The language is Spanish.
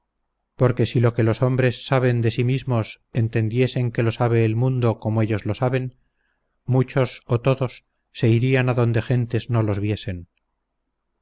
porque si lo que los hombres saben de sí mismos entendiesen que lo sabe el mundo como ellos lo saben muchos o todos se irían adonde gentes no los viesen